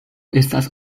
estas